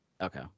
Okay